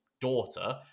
daughter